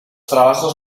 trabajos